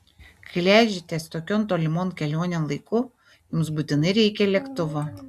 kai leidžiatės tokion tolimon kelionėn laiku jums būtinai reikia lėktuvo